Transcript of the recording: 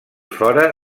fora